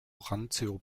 randzio